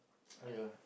yeah